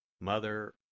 Mother